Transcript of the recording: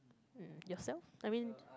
uh yourself I mean